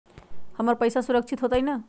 हमर पईसा सुरक्षित होतई न?